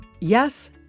Yes